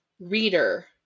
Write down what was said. Reader